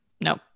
no